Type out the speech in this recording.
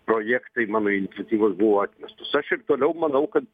projektai mano iniciatyvos buvo atmestos aš ir toliau manau kad